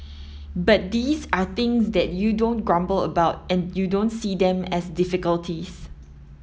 but these are things that you don't grumble about and you don't see them as difficulties